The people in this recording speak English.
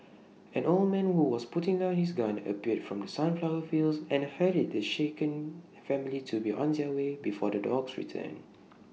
an old man who was putting down his gun appeared from the sunflower fields and hurried the shaken family to be on their way before the dogs return